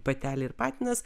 patelė ir patinas